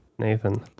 Nathan